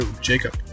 Jacob